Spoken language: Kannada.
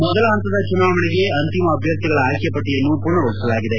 ಮೊದಲ ಹಂತದ ಚುನಾವಣೆಗೆ ಅಂತಿಮ ಅಭ್ವರ್ಥಿಗಳ ಆಯ್ಕೆ ಪಟ್ಟಿಯನ್ನು ಪೂರ್ಣಗೊಳಿಸಲಾಗಿದೆ